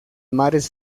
mares